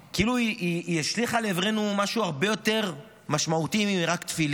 כאילו היא השליכה לעברנו משהו הרבה יותר משמעותי מרק תפילין,